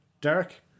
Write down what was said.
Derek